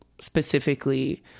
specifically